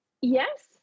Yes